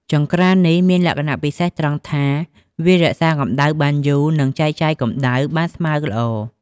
ចង្ក្រាននេះមានលក្ខណៈពិសេសត្រង់ថា វារក្សាកម្ដៅបានយូរ និងចែកចាយកម្ដៅបានស្មើល្អ។